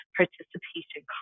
participation